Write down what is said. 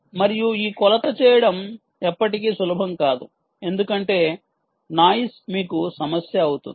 మరియు ఈ కొలత చేయడం ఎప్పటికీ సులభం కాదు ఎందుకంటే నాయిస్ మీకు సమస్య అవుతుంది